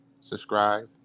subscribe